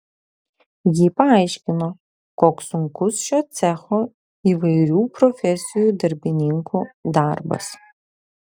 ji paaiškino koks sunkus šio cecho įvairių profesijų darbininkų darbas